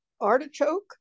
artichoke